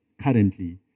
currently